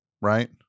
right